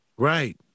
Right